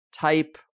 type